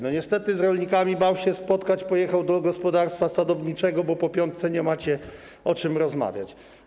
Niestety z rolnikami bał się spotkać, pojechał do gospodarstwa sadowniczego, bo po tzw. piątce nie macie o czym rozmawiać.